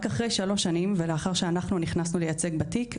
רק אחרי שלוש שנים ולאחר שאנחנו נכנסנו לייצג בתיק,